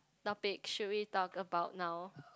topic should we talk about now